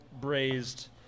braised